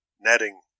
netting